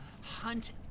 hunt